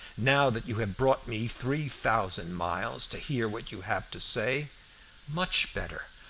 now that you have brought me three thousand miles to hear what you have to say much better.